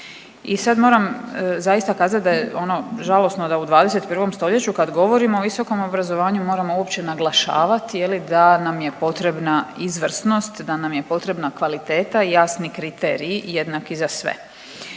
I sad moram zaista kazat da je ono žalosno da u 21. stoljeću kad govorimo o visokom obrazovanju moramo uopće naglašavat je li da nam je potrebna izvrsnost, da nam je potrebna kvaliteta i jasni kriteriji i jednaki za sve.